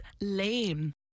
lame